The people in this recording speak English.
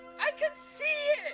i can see